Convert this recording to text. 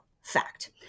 fact